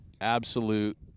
absolute